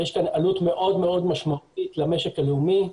יש כאן עלות מאוד מאוד משמעותית למשק הלאומי,